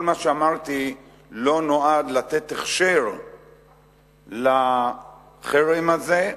כל מה שאמרתי לא נועד לתת הכשר לחרם הזה,